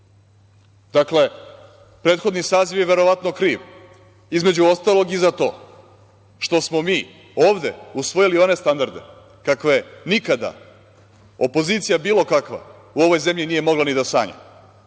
nego. Dakle, prethodni saziv je verovatno kriv, između ostalog, i za to što smo mi ovde usvojili one standarde kakve nikada opozicija bilo kakva u ovoj zemlji nije mogla ni da sanja.